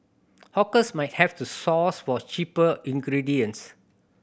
hawkers might have to source for cheaper ingredients